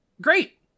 Great